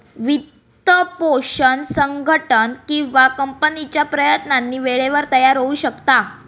वित्तपोषण संघटन किंवा कंपनीच्या प्रयत्नांनी वेळेवर तयार होऊ शकता